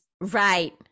Right